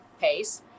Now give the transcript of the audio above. pace